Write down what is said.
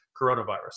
coronavirus